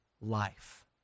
life